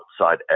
outside